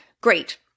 Great